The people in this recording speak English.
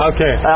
Okay